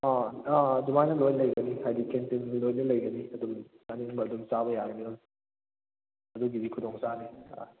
ꯑꯥꯎ ꯑꯥ ꯑꯗꯨꯃꯥꯏꯅ ꯂꯣꯏ ꯂꯩꯒꯅꯤ ꯍꯥꯏꯗꯤ ꯀꯦꯟꯇꯤꯟꯒ ꯂꯣꯏꯅ ꯂꯩꯒꯅꯤ ꯑꯗꯨꯝ ꯆꯥꯅꯤꯡꯕ ꯑꯗꯨꯝ ꯆꯥꯕ ꯌꯥꯒꯅꯤ ꯑꯗꯨꯝ ꯑꯗꯨꯒꯤꯗꯤ ꯈꯨꯗꯣꯡ ꯆꯥꯅꯤ ꯑꯥ